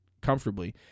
comfortably